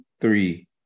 three